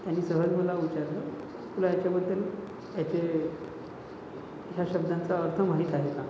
त्यांनी सहज मला विचारलं तुला याच्याबद्दल काय ते या शब्दांचा अर्थ माहीत आहे का